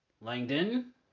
langdon